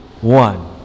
one